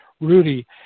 Rudy